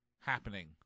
happening